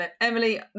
Emily